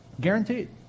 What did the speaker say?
Guaranteed